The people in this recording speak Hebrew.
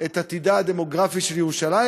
את עתידה הדמוגרפי של ירושלים,